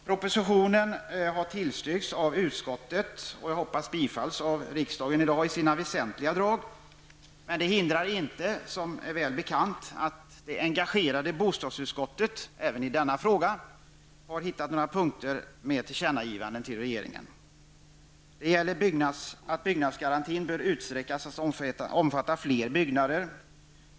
Propositionen har tillstyrkts av utskottet, och jag hoppas att den i dag till väsentliga delar också kommer att bifallas av riksdagen. Men det hindrar inte, något som är väl bekant, att det engagerade bostadsutskottet även i denna fråga har några punkter där man vill att riksdagen skall göra ett tillkännagivande till regeringen. Exempelvis anser man att byggnadsgarantin bör utsträckas till att omfatta fler byggnader.